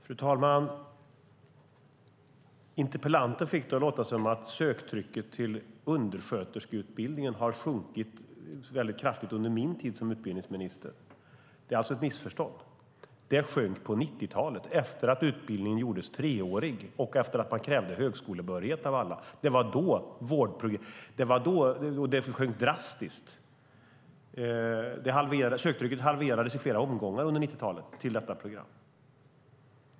Fru talman! Interpellanten fick det att låta som om söktrycket till undersköterskeutbildningen kraftigt sjunkit under min tid som utbildningsminister. Det är ett missförstånd. Det sjönk på 90-talet, efter att utbildningen gjordes treårig och efter att man krävde högskolebehörighet för alla. Det sjönk drastiskt. Söktrycket till det programmet halverades i flera omgångar under 90-talet.